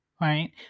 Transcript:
Right